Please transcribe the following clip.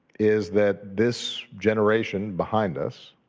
is that this generation behind us